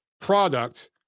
product